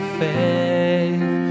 faith